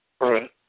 Right